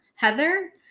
heather